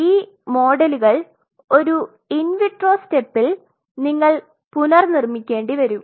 ഈ മോഡലുകൾ ഒരു ഇൻ വിട്രോ സെറ്റപ്പിൽ നിങ്ങൾ പുനർനിർമിക്കേണ്ടിവരും